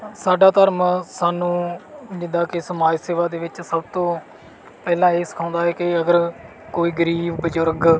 ਸਾਡਾ ਧਰਮ ਸਾਨੂੰ ਜਿੱਦਾਂ ਕਿ ਸਮਾਜ ਸੇਵਾ ਦੇ ਵਿੱਚ ਸਭ ਤੋਂ ਪਹਿਲਾਂ ਇਹ ਸਿਖਾਉਂਦਾ ਹੈ ਕਿ ਅਗਰ ਕੋਈ ਗਰੀਬ ਬਜ਼ੁਰਗ